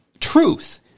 truth